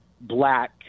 black